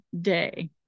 day